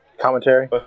commentary